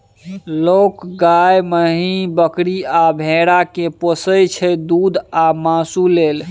लोक गाए, महीष, बकरी आ भेड़ा केँ पोसय छै दुध आ मासु लेल